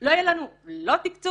לא יהיה לנו לא תקצוב